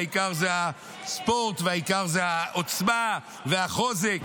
והעיקר זה הספורט והעיקר זה העוצמה והחוזק.